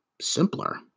simpler